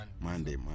Monday